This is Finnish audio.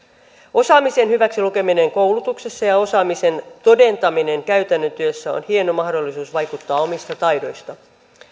osaamisen hyväksilukeminen koulutuksessa ja ja osaamisen todentaminen käytännön työssä on hieno mahdollisuus vakuuttaa omista taidoistaan